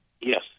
Yes